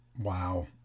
Wow